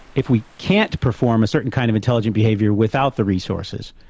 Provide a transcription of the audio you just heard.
if we can't perform a certain kind of intelligent behaviour without the resources,